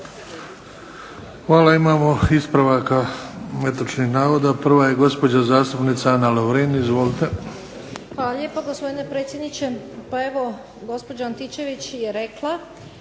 Hvala. Imamo ispravaka netočnih navoda. Prva je gospođa zastupnica Ana Lovrin. Izvolite. **Lovrin, Ana (HDZ)** Hvala lijepa gospodine predsjedniče. Pa evo gospođa Antičević je rekla